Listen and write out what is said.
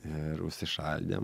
ir užsišaldėm